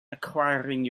acquiring